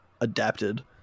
adapted